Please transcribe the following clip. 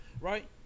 right